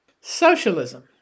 Socialism